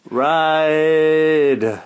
ride